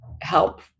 help